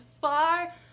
far